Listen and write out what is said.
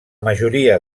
majoria